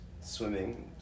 swimming